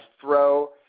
throw